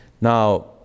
Now